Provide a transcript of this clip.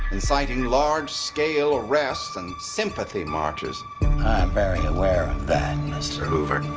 inciting large scale arrests and. sympathy marches. i'm very aware of that, mr. hoover.